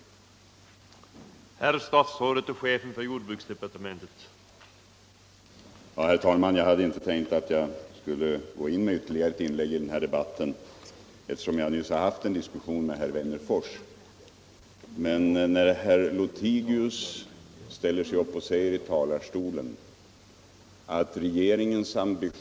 I detta anförande instämde herr Adolfsson .